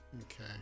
okay